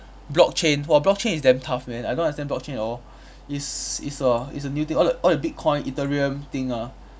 blockchain !wah! blockchain is damn tough man I don't understand blockchain at all it's it's a it's a new thing all the all the bitcoin ethereum thing ah